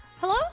Hello